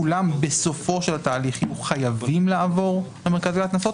כולם בסופו של התהליך יהיו חייבים לעבור למרכז לגביית קנסות